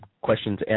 questions